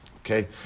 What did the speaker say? Okay